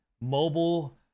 mobile